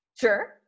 sure